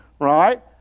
Right